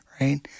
right